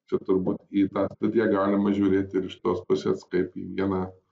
čia turbūt į tą studiją galima žiūrėti ir iš tos pusės kaip į vieną